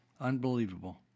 Unbelievable